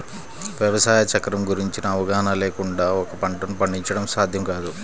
వ్యవసాయ చక్రం గురించిన అవగాహన లేకుండా ఒక పంటను పండించడం సాధ్యం కాదు